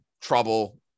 trouble